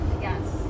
yes